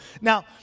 Now